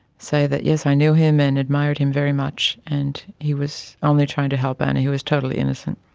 say that yes i knew him and admired him very much, and he was only trying to help anna, he was totally innocent.